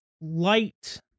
light